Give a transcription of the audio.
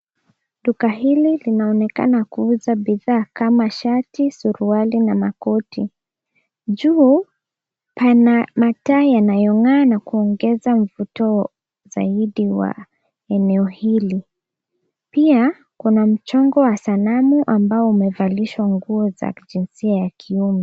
Duka hili linaoneakana kuuza bidhaa kama shati suruali na makoti. Juu pana mataa yanayong'aa na kuongeza mvuto zaidi wa eneo hili. Pia kuna mchongo wa sanamu ambao umevalishwa nguo za kijinsia ya kiume.